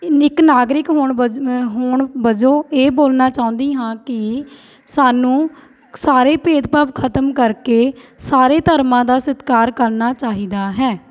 ਇੱਕ ਨਾਗਰਿਕ ਹੋਣ ਵਜ ਹੋਣ ਵੱਜੋਂ ਇਹ ਬੋਲਣਾ ਚਾਹੁੰਦੀ ਹਾਂ ਕਿ ਸਾਨੂੰ ਸਾਰੇ ਭੇਦਭਾਵ ਖ਼ਤਮ ਕਰਕੇ ਸਾਰੇ ਧਰਮਾਂ ਦਾ ਸਤਿਕਾਰ ਕਰਨਾ ਚਾਹੀਦਾ ਹੈ